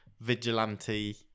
vigilante